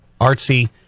artsy